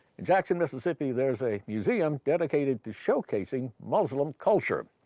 in jackson, mississippi, there's a museum dedicated to showcasing muslim culture,